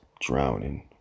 drowning